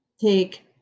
Take